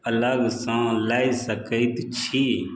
अलगसँ लय सकैत छी